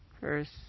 First